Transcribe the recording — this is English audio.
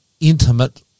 intimate